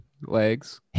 legs